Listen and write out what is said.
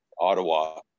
Ottawa